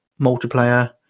multiplayer